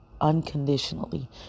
Unconditionally